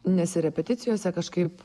nes ir repeticijose kažkaip